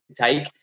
take